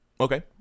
Okay